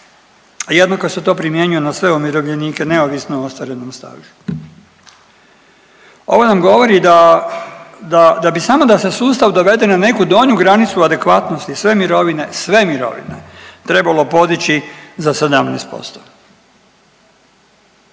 a jednako se to primjenjuje na sve umirovljenike neovisno o ostvarenom stažu. Ovo nam govori da, da, da bi samo da se sustav dovede na neku donju granicu adekvatnosti sve mirovine, sve mirovine trebalo podići za 17%